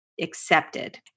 accepted